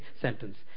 sentence